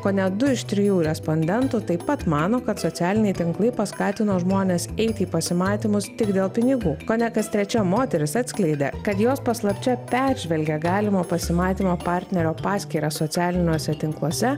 kone du iš trijų respondentų taip pat mano kad socialiniai tinklai paskatino žmones eiti į pasimatymus tik dėl pinigų kone kas trečia moteris atskleidė kad jos paslapčia peržvelgia galimo pasimatymo partnerio paskyrą socialiniuose tinkluose